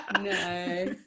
No